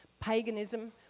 Paganism